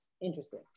Interesting